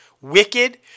Wicked